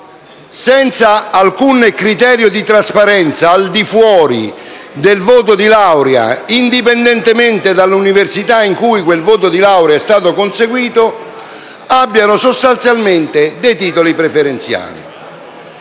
senza alcun criterio di trasparenza al di fuori del voto di laurea, indipendentemente dall'università in cui quel voto di laurea è stato conseguito, abbiano sostanzialmente dei titoli preferenziali.